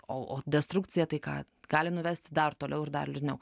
o o destrukcija tai ką gali nuvesti dar toliau ir dar liūdniau